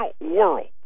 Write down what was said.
World